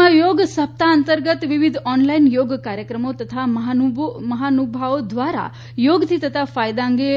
રાજ્યમાં યોગ સપ્તાહ અંતર્ગત વિવિધ ઓનલાઈન યોગ કાર્યક્રમો તથા મહાનુભાવો દ્વારા યોગથી થતા ફાયદા અંગે